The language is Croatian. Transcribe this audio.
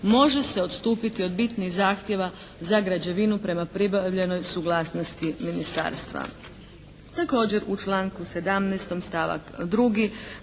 može se odstupiti od bitnih zahtjeva za građevinu prema pribavljenoj suglasnosti Ministarstva.»